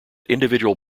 individual